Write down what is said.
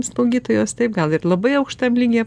slaugytojos taip gal ir labai aukštam lygyje